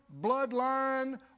bloodline